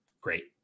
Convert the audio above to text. Great